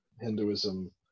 Hinduism